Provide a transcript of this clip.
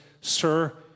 Sir